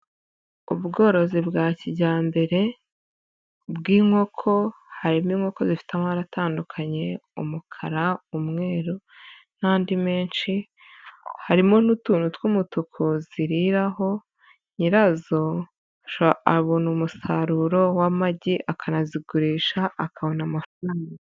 Ubworozi bwa kijyambere bw'inkoko harimo inkoko zifite amara atandukanye, umukara umweru n'andi menshi, harimo n'utuntu tw'umutuku ziriraho, nyirazo abona umusaruro w'amagi, akanazigurisha akabona amafaranga.